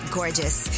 gorgeous